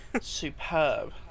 Superb